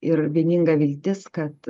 ir vieninga viltis kad